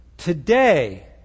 Today